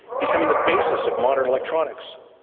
becoming the basis of modern electronics.